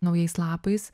naujais lapais